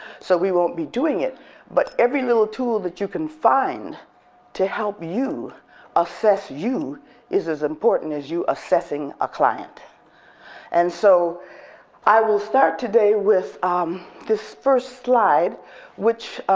so we won't be doing it but every little tool but you can find to help you assess you is as important as you assessing a client and so i will start today with um this first slide which